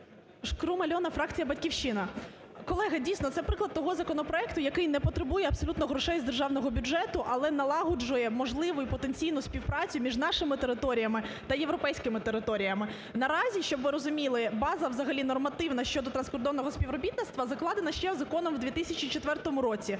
Шкрум Альона, фракція "Батьківщина". Колеги, дійсно, це приклад того законопроекту, який не потребує абсолютно грошей з державного бюджету, але налагоджує можливу і потенційну співпрацю між нашими територіями та європейськими територіями. Наразі, щоб ви розуміли, база взагалі нормативна щодо транскордонного співробітництва закладена ще законом в 2004 році.